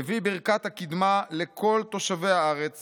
מביא ברכת הקדמה לכל תושבי הארץ